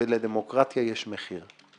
ולדמוקרטיה יש מחיר.